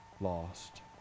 lost